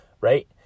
Right